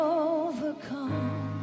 overcome